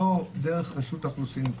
לא דרך רשות האוכלוסין,